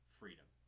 freedom